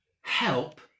Help